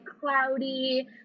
cloudy